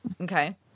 Okay